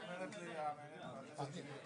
ככל שנגיע כאן לאיזושהי הבנה נכונה,